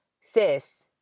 sis